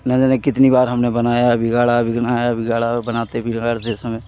न जाने कितनी बार हमने बनाया बिगाड़ा बनाया बिगाड़ा और बनाते बिगाड़ते समय